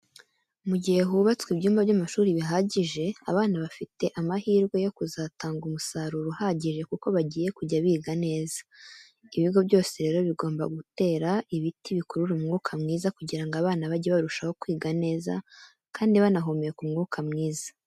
Mu gihe hubatswe ibyumba by'amashuri bihagije, abana bafite amahirwe yo kuzatanga umusaruro uhagije kuko bagiye kujya biga neza. Ibigo byose rero bigomba kutera ibiti bikurura umwuka mwiza kugira ngo abana bajye barushaho kwiga neza kandi banahumeka umwuka mwiza.